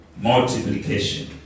multiplication